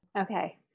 Okay